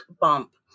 bump